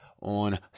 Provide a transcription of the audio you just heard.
on